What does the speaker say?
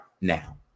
now